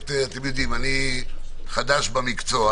אני חדש במקצוע